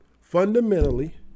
fundamentally